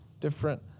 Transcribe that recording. different